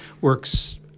works –